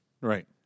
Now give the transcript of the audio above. Right